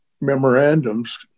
memorandums